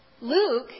Luke